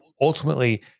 ultimately